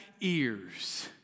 ears